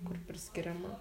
kur priskiriama